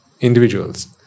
individuals